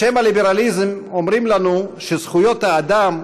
בשם הליברליזם אומרים לנו שזכויות האדם,